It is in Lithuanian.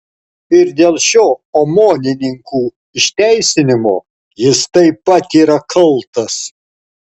ir dėl šio omonininkų išteisinimo jis taip pat yra kaltas